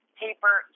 paper